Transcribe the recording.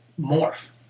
morph